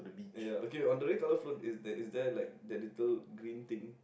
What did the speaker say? ya okay on the way color front is that is there is like that little green thing